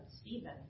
Stephen